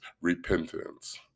repentance